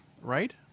right